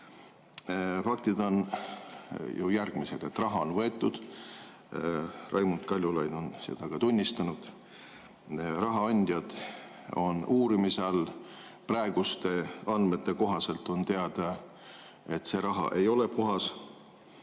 Faktid on järgmised. Raha on võetud, Raimond Kaljulaid on seda ka tunnistanud. Raha andjad on uurimise all. Praeguste andmete kohaselt on teada, et see raha ei ole puhas,